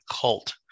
cult